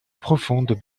profondes